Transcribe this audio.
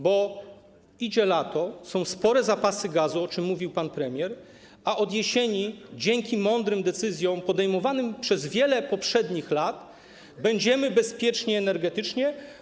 Bo idzie lato, są spore zapasy gazu, o czym mówił pan premier, a od jesieni, dzięki mądrym decyzjom podejmowanym przez wiele poprzednich lat, będziemy bezpieczni energetycznie.